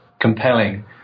compelling